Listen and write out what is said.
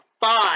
five